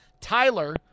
tyler